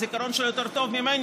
הזיכרון שלו יותר טוב משלי,